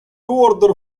order